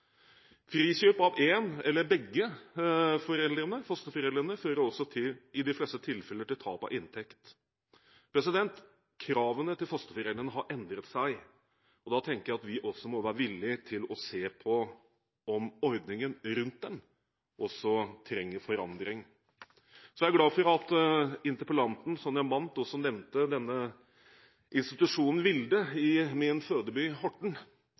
Frikjøp av én eller begge fosterforeldrene fører også i de fleste tilfeller til tap av inntekt. Kravene til fosterforeldre har endret seg, og da tenker jeg at vi også må være villige til å se på om ordningen også trenger forandring – og se på forholdene rundt. Så er jeg glad for at interpellanten Sonja Mandt også nevnte institusjonen Vilde i min fødeby Horten,